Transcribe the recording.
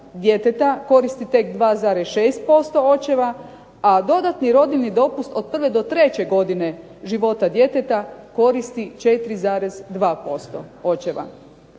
djeteta koristi tek 2,6% očeva, a dodatni rodiljni dopust od prve do treće godine života djeteta koristi 4,2% očeva.